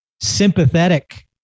sympathetic